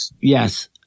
Yes